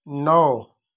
नौ